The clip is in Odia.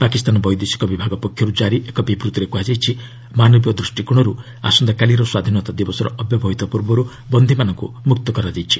ପାକିସ୍ତାନ ବୈଦେଶିକ ବିଭାଗ ପକ୍ଷରୁ ଜାରି ଏକ ବିବୃତ୍ତିରେ କୁହାଯାଇଛି ମାନବୀୟ ଦୃଷ୍ଟିକୋଶରୁ ଆସନ୍ତାକାଲିର ସ୍ୱାଧୀନତା ଦିବସର ଅବ୍ୟବହିତ ପୂର୍ବରୁ ବନ୍ଦୀମାନଙ୍କୁ ମୁକ୍ତ କରାଯାଇଛି